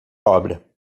obra